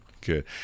Good